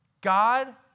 God